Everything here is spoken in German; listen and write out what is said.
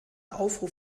aufruf